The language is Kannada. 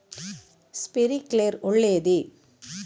ಸ್ಪಿರಿನ್ಕ್ಲೆರ್ ಒಳ್ಳೇದೇ?